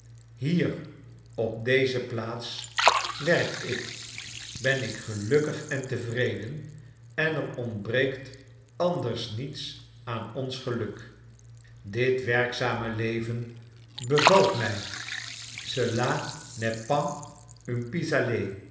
hier op deze plaats werk ik ben ik gelukkig en tevreden en er ontbreekt anders niets aan ons geluk dit werkzame leven bevalt mij cela n'est pas un